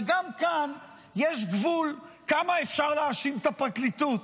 וגם כאן יש גבול כמה אפשר להאשים את הפרקליטות.